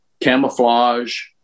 camouflage